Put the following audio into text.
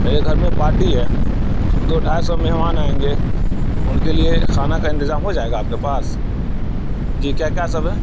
میرے گھر میں پارٹی ہے دو ڈھائی سو مہمان آئیں گے ان کے لیے کھانا کا انتظام ہو جائے گا آپ کے پاس جی کیا کیا سب ہے